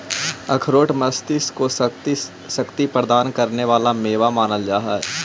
अखरोट मस्तिष्क को शक्ति प्रदान करे वाला मेवा मानल जा हई